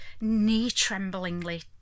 knee-tremblingly